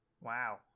Wow